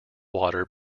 water